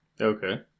Okay